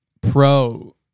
pro